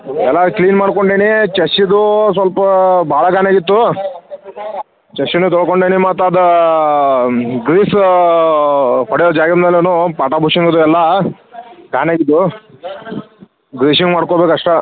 ಎಲ್ಲ ಕ್ಲೀನ್ ಮಾಡ್ಕೊಂಡೇನಿ ಚೆಶ್ಶಿದೂ ಸ್ವಲ್ಪ ಭಾಳ ಗಾನೆ ಆಗಿತ್ತು ಚೆಶ್ಶಿನು ತೊಳ್ಕೊಂಡೇನಿ ಮತ್ತು ಅದಾ ಗ್ರೀಸಾ ಹೊಡ್ಯೊ ಜಾಗದ ಮೇಲೇನು ಪಾಟ ಬಷಿನಿದು ಎಲ್ಲ ಗಾನೆ ಆಗಿದ್ದು ಗ್ರೀಶಿಂಗ್ ಮಾಡ್ಕೊಂಡ್ಬೇಕು ಅಷ್ಟ